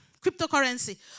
Cryptocurrency